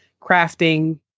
crafting